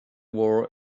wore